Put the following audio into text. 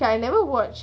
like I never watch